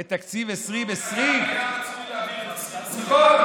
את תקציב 2020. היה רצוי להביא את 2020,